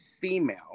female